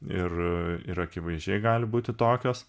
ir ir akivaizdžiai gali būti tokios